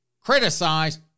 criticize